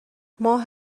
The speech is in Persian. ماه